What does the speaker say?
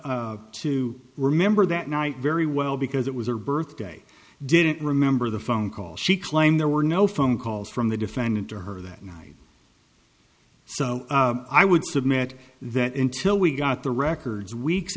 claimed to remember that night very well because it was a birthday didn't remember the phone call she claimed there were no phone calls from the defendant to her that night so i would submit that until we got the records weeks